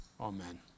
Amen